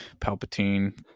Palpatine